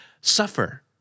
Suffer